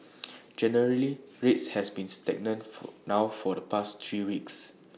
generally rates have been stagnant for now for the past three weeks